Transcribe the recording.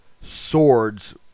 swords